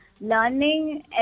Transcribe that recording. Learning